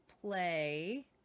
play